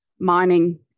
mining